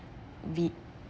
we